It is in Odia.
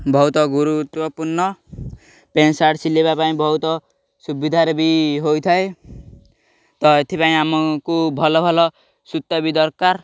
ବହୁତ ଗୁରୁତ୍ୱପୂର୍ଣ୍ଣ ପେଣ୍ଟ ସାର୍ଟ ସିଲେଇବା ପାଇଁ ବହୁତ ସୁବିଧାରେ ବି ହୋଇଥାଏ ତ ଏଥିପାଇଁ ଆମକୁ ଭଲ ଭଲ ସୂତା ବି ଦରକାର